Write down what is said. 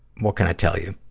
what can i tell you?